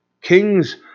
Kings